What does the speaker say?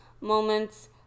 moments